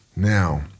Now